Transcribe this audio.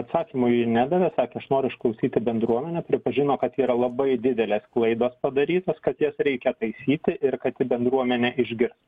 atsakymų ji nedavė sakė aš noriu išklausyti bendruomenę pripažino kad yra labai didelės klaidos padarytos kad jas reikia taisyti ir kad ji bendruomenę išgirs